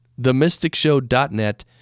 themysticshow.net